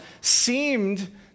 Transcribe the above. seemed